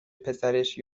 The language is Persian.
پسرش